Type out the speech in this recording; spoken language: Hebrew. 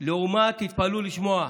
תתפלאו לשמוע,